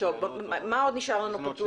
מה עוד נשאר לנו פתוח?